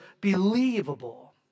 believable